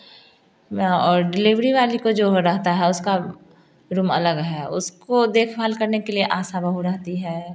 और डिलीवरी वालों को जो रहता है उसका रूम अलग हैं उसको देख भाल करने के लिए आशा बहू रहती है